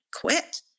quit